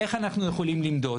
איך אנחנו יכולים למדוד?